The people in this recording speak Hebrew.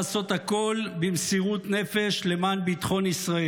הכול במסירות נפש למען ביטחון ישראל,